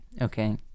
Okay